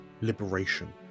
Liberation